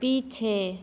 पीछे